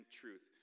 truth